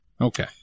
Okay